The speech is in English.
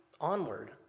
onward